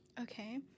Okay